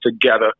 together